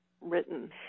written